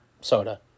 soda